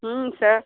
हूं सर